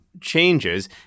changes